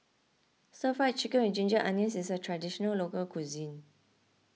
Stir Fried Chicken with Ginger Onions is a Traditional Local Cuisine